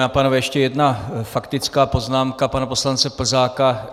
Dámy a pánové, ještě jedna faktická poznámka, pana poslance Plzáka.